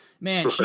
man